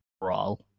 brawl